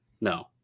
no